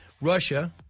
Russia